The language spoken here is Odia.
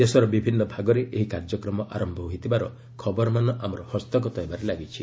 ଦେଶର ବିଭିନ୍ନ ଭାଗରେ ଏହି କାର୍ଯ୍ୟକ୍ରମ ଆରମ୍ଭ ହୋଇଥିବାର ଖବରମାନ ଆମର ହସ୍ତଗତ ହେବାରେ ଲାଗିଛି